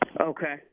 Okay